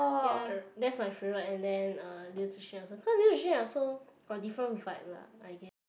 ya that's my favourite and then uh Liu Zi Xuan also cause Liu Zi Xuan also got different vibe lah I guess